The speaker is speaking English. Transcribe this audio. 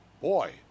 Boy